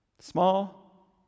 Small